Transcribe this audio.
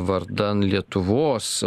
vardan lietuvos